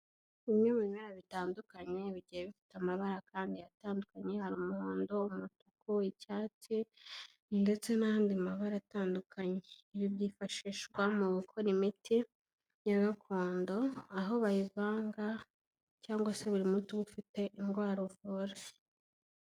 Bimwe mumera bitandukanye bigiye bifite amabara kandi atandukanye, hari umuhondo umutuku, icyatsi ndetse n'ayandi mabara atandukanye, ibi byifashishwa mu gukora imiti ya gakondo aho bayivanga cyangwa se buri muti uba ufite indwara uvura.